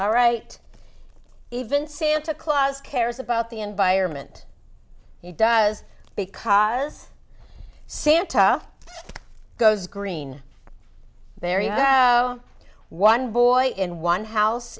ll right even santa claus cares about the environment he does because santa goes green there you have one boy in one house